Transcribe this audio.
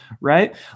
right